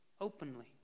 openly